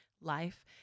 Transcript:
life